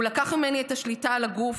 הוא לקח ממני את השליטה על הגוף,